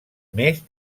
més